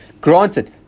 Granted